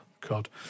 God